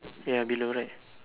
ya below right